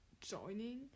joining